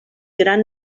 gran